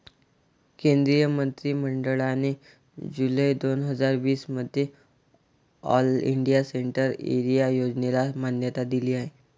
केंद्रीय मंत्रि मंडळाने जुलै दोन हजार वीस मध्ये ऑल इंडिया सेंट्रल एरिया योजनेला मान्यता दिली आहे